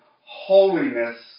holiness